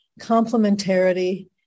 complementarity